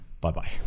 Bye-bye